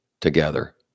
together